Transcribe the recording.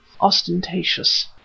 ostentatious